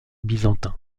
byzantin